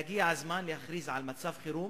הגיע הזמן להכריז על מצב חירום